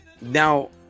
Now